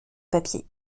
papier